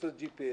ל-G.P.S.,